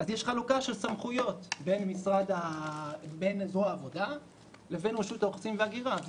יש חלוקה של סמכויות בין זרוע העבודה לבין רשות האוכלוסין וההגירה.